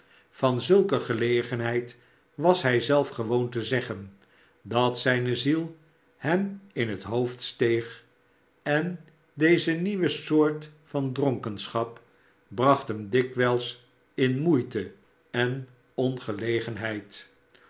van zulke gelegenheid was hij zelf gewoon te zeggen dat zijne ziel hem in het hoofd steeg en deze nieuwe soort van dronkenschap bracht hem dikwijls in moeite en